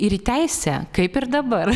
ir į teisę kaip ir dabar